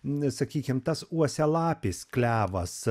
nu sakykim tas uosialapis klevas